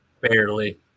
Barely